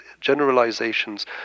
Generalizations